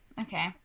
Okay